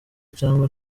cyangwa